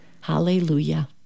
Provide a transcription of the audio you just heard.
Hallelujah